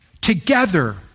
together